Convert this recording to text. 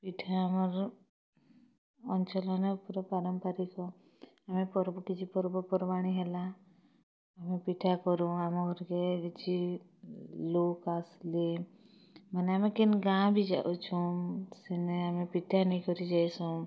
ପିଠା ଆମର୍ ଅଞ୍ଚଲନେ ପୁରା ପାରମ୍ପାରିକ ଆମେ ପର୍ବ କିଛି ପର୍ବପର୍ବାଣି ହେଲା ଆମେ ପିଠା କରୁଁ ଆମ ଘର୍କେ କିଛି ଲୋକ୍ ଆସ୍ଲେ ମାନେ ଆମେ କେନ୍ ଗାଁ ବି ଯାଉଛୁଁ ସେନେ ଆମେ ପିଠା ନେଇକରି ଯାଏଁସୁ